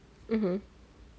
mmhmm